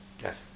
Yes